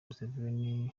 museveni